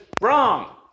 wrong